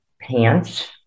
pants